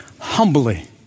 Humbly